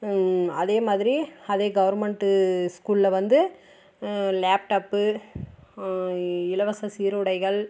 அதே மாதிரி அதே கவர்மெண்ட்டு ஸ்கூலில் வந்து லேப்டாப்பு இலவச சீருடைகள்